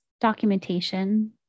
documentation